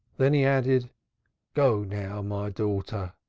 then he added go now, my daughter,